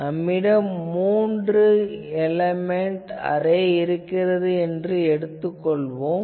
நம்மிடம் மூன்று element array இருக்கிறது என்று எடுத்துக் கொள்வோம்